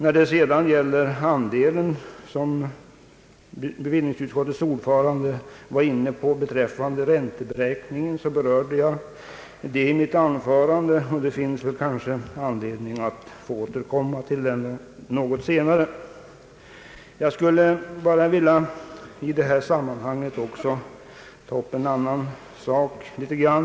Frågan om andelen för ränteberäkningen, som bevillningsutskottets ordförande var inne på, berörde jag i mitt anförande, och det finns kanske anledning att återkomma till den något senare. I detta sammanhang skulle jag endast vilja beröra en annan fråga.